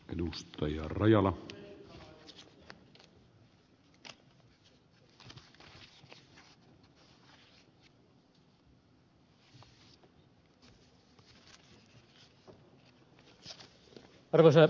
arvoisa herra puhemies